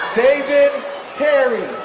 david terry,